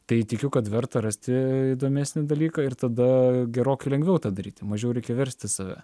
tai tikiu kad verta rasti įdomesnį dalyką ir tada gerokai lengviau tą daryti mažiau reikia versti save